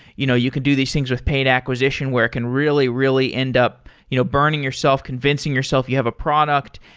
you know you can do these things with paid acquisition where it can really, really end up you know burning yourself, convincing yourself you have a product.